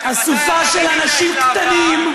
אסופה של אנשים קטנים,